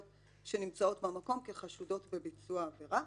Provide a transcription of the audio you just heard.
שנמצאות במקום כחשודות בביצוע העבירה,